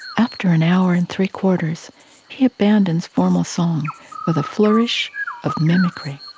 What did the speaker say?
after an hour and three-quarters, he abandons formal song with a flourish of mimicry.